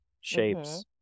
shapes